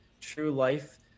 true-life